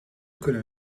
kunnen